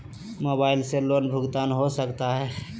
Mobile से loan भुगतान हो सकता है?